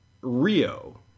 Rio